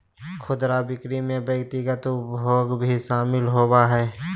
खुदरा बिक्री में व्यक्तिगत उपभोग भी शामिल होबा हइ